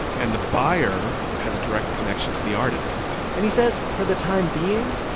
and the buyer has a direct connection to the artist and he says, for the time being,